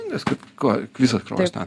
nes kaip koja visas kraujas teka